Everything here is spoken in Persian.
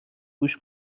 گوش